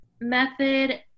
method